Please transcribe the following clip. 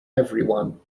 everyone